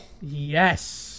Yes